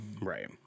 Right